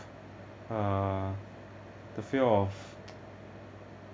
uh the fear of